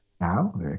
Now